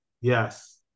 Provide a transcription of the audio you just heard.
Yes